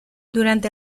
durante